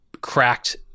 cracked